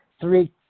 three